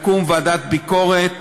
תקום ועדת ביקורת,